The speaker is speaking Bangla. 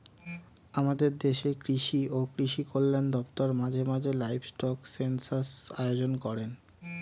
আমাদের দেশের কৃষি ও কৃষি কল্যাণ দপ্তর মাঝে মাঝে লাইভস্টক সেন্সাস আয়োজন করেন